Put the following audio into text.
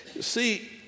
See